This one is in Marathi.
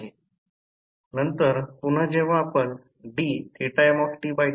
71000 केले तर इथेसुद्धा 600 केव्हीए द्या